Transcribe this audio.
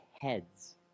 heads